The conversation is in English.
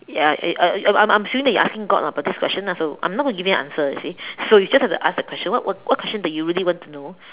ya I I I am assuring you are asking god lah but this question lah so I am not going to give you an answer you see so you just have to ask the question what what question that you really want to know